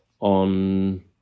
on